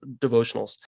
devotionals